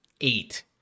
eight